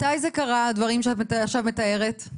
מתי זה קרה הדברים שעכשיו את מתארת?